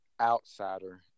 outsider